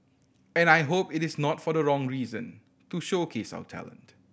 and I hope it is not for the wrong reason to showcase our talent